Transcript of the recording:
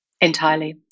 Entirely